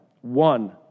One